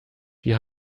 die